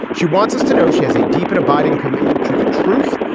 she wants us to know she has a deep and abiding commitment to the truth.